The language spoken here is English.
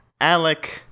Alec